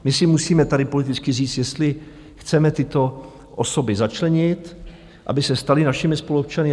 My si musíme tady politicky říct, jestli chceme tyto osoby začlenit, aby se staly našimi spoluobčany.